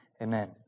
Amen